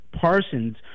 Parsons